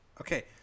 Okay